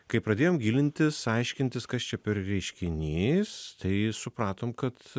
kai pradėjom gilintis aiškintis kas čia per reiškinys tai supratom kad